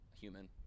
human